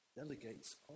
delegates